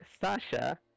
Sasha